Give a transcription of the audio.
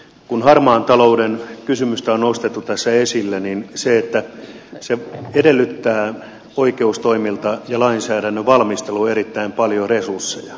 kun harmaan talouden kysymystä on nostettu tässä esille niin se edellyttää oikeustoimilta ja lainsäädännön valmistelulta erittäin paljon resursseja